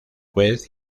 juez